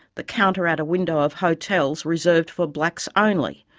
the counter at a window of hotels, reserved for blacks only.